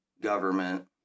government